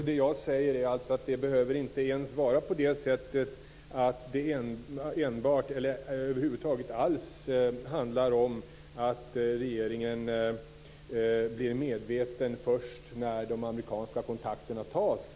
Herr talman! Det jag menar är att det inte behöver vara så att att regeringen blev medveten om problemet först när de amerikanska kontakterna togs.